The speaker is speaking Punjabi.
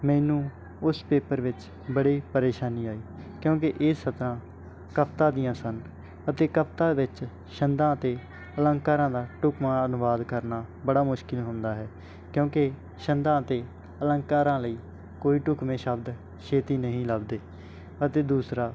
ਮੈਨੂੰ ਉਸ ਪੇਪਰ ਵਿੱਚ ਬੜੀ ਪਰੇਸ਼ਾਨੀ ਆਈ ਕਿਉਂਕਿ ਇਹ ਸਤਰਾਂ ਕਵਿਤਾ ਦੀਆਂ ਸਨ ਅਤੇ ਕਵਿਤਾ ਵਿੱਚ ਛੰਦਾਂ ਅਤੇ ਅਲੰਕਾਰਾਂ ਦਾ ਢੁਕਵਾਂ ਅਨੁਵਾਦ ਕਰਨਾ ਬੜਾ ਮੁਸ਼ਕਿਲ ਹੁੰਦਾ ਹੈ ਕਿਉਂਕਿ ਛੰਦਾਂ ਅਤੇ ਅਲੰਕਾਰਾਂ ਲਈ ਕੋਈ ਢੁਕਵੇਂ ਸ਼ਬਦ ਛੇਤੀ ਨਹੀਂ ਲੱਭਦੇ ਅਤੇ ਦੂਸਰਾ